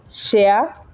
share